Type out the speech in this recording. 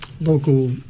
local